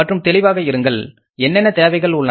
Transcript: மற்றும் தெளிவாக இருங்கள் என்னென்ன தேவைகள் உள்ளன